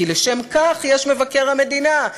כי לשם כך יש מבקר המדינה.